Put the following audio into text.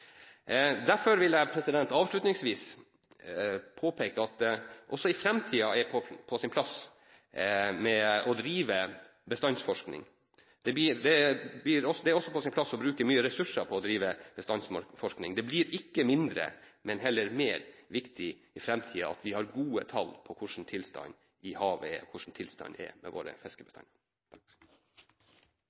Derfor vil jeg avslutningsvis påpeke at det også i framtiden er på sin plass å drive bestandsforskning. Det er også på sin plass å bruke mye ressurser på å drive bestandsforskning. Det blir ikke mindre, men heller mer viktig i framtiden at vi har gode tall på hvordan tilstanden i havet er – hvordan tilstanden er for våre fiskebestander.